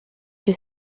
que